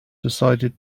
decided